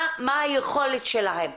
מה היכולת שלהם.